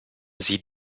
sie